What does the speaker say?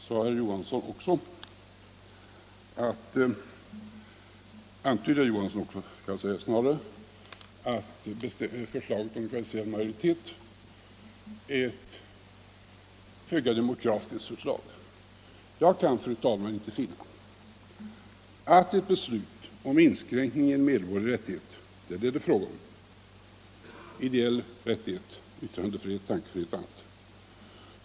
Sedan antydde herr Johansson också att förslaget om kvalificerad majoritet är ett föga demokratiskt förslag. Jag kan, fru talman, inte finna att ett beslut om inskränkning i en medborgerlig rättighet — det är vad det är fråga om, ideell rättighet, yttrandefrihet, tankefrihet etc.